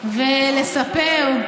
ולספר.